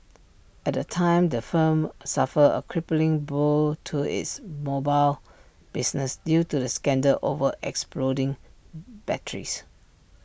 at the time the firm suffered A crippling blow to its mobile business due to the scandal over exploding batteries